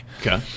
Okay